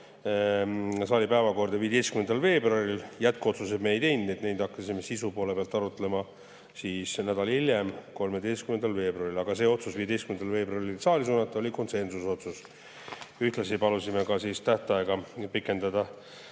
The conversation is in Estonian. saali päevakorda 15. veebruaril. Jätkuotsuseid me ei teinud, neid hakkasime sisu poole pealt arutlema nädal hiljem, 13. veebruaril. Aga otsus 15. veebruaril saali suunata oli konsensusotsus. Ühtlasi palusime pikendada